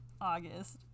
August